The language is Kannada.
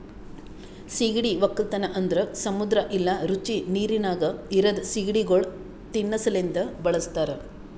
ಸೀಗಡಿ ಒಕ್ಕಲತನ ಅಂದುರ್ ಸಮುದ್ರ ಇಲ್ಲಾ ರುಚಿ ನೀರಿನಾಗ್ ಇರದ್ ಸೀಗಡಿಗೊಳ್ ತಿನ್ನಾ ಸಲೆಂದ್ ಬಳಸ್ತಾರ್